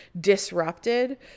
disrupted